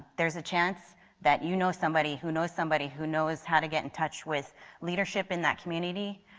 there is a chance that you know somebody who knows somebody who knows how to get in touch with leadership in that community.